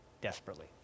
desperately